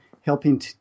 helping